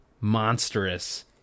monstrous